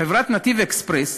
חברת "נתיב אקספרס"